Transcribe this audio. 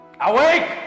awake